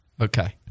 Okay